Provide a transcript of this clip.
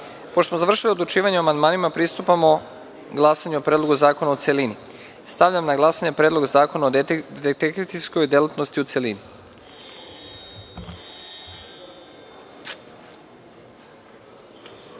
smo završili odlučivanje o amandmanima, pristupamo glasanju o Predlogu zakona u celini. Stavljam na glasanje Predlog zakona o detektivskoj delatnosti u celini. Molim